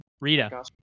Rita